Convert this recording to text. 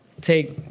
take